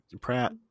Pratt